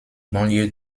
banlieue